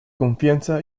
confianza